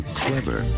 clever